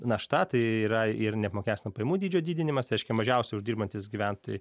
našta tai yra ir neapmokestinamo pajamų dydžio didinimas tai reiškia mažiausiai uždirbantys gyventojai